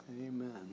Amen